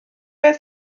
oedd